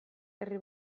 herri